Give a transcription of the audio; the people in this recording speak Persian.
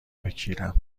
بکیرم